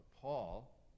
Paul